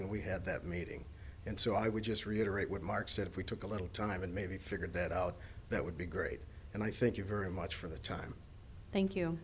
when we had that meeting and so i would just reiterate what mark said if we took a little time and maybe figured that out that would be great and i think you very much for the time